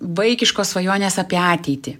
vaikiškos svajonės apie ateitį